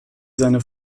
seine